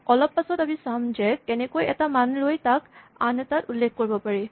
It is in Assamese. অলপ পাছত আমি চাম যে কেনেকৈ এটা মান লৈ তাক আন এটাত উল্লেখ কৰিব পাৰোঁ